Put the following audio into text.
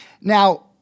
Now